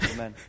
Amen